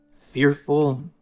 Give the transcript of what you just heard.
fearful